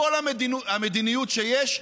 כל המדיניות שיש,